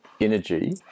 energy